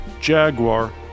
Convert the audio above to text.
Jaguar